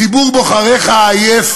ציבור בוחריך העייף,